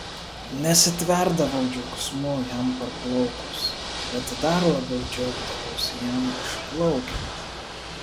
nesitverdavau džiaugsmu jam parplaukus bet dar labiau džiaugdavausi jam išplaukiant